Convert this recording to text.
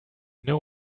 know